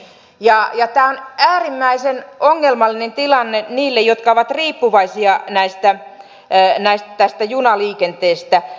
ja tämä on äärimmäisen ongelmallinen tilanne niille jotka ovat riippuvaisia tästä junaliikenteestä